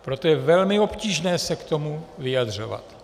Proto je velmi obtížné se k tomu vyjadřovat.